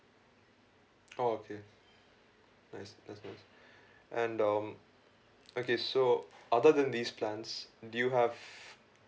oh okay nice that's nice and um okay so other than these plans do you have